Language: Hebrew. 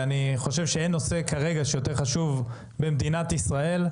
אני חושב שכרגע אין נושא יותר חשוב במדינת ישראל,